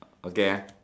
okay ah